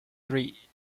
three